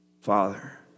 Father